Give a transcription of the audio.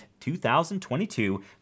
2022